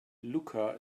lucca